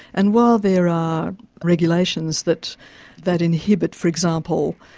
and while there are regulations that that inhibit, for example,